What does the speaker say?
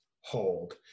hold